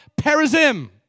Perizim